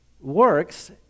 works